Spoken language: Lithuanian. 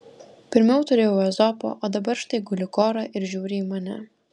pirmiau turėjau ezopą o dabar štai guli kora ir žiūri į mane